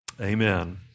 Amen